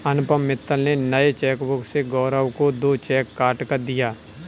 अनुपम मित्तल ने नए चेकबुक से गौरव को दो चेक काटकर दिया